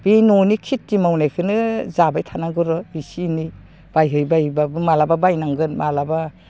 बे न'नि खेथि मावनायखौनो जाबाय थानांगौ र' इसि इनै बायहै बायहैबाबो मालाबा बायनांगोन मालाबा